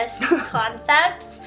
concepts